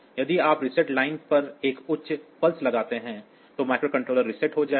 यदि आप reset line पर एक उच्च पल्स लगाते हैं तो माइक्रोकंट्रोलर रीसेट हो जाएगा